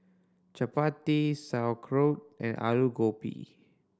Chapati Sauerkraut and Alu Gobi